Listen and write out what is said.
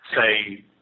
say